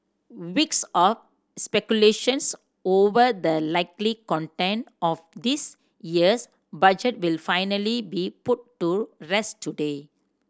weeks of speculations over the likely content of this year's Budget will finally be put to rest today